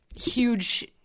huge